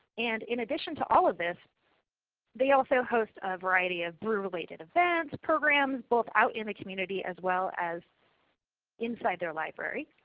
and in addition to all of this they also host a variety of brew related events, programs, both out in the community as well as inside their library.